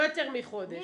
לא יותר מחודש.